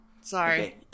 Sorry